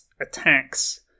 attacks